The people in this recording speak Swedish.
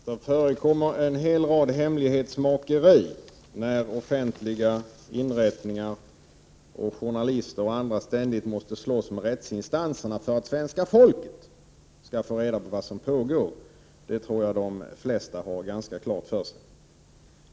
Herr talman! Det förekommer en massa hemlighetsmakeri när offentliga inrättningar, journalister och andra ständigt måste slåss med rättsinstanserna för att svenska folket skall få reda på vad som pågår. Detta tror jag att de flesta har ganska klart för sig.